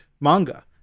manga